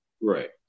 Right